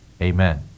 Amen